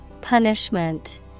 Punishment